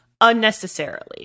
unnecessarily